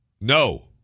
No